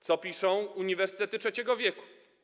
Co piszą uniwersytety trzeciego wieku?